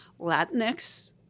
Latinx